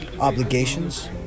obligations